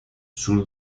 sul